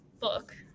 book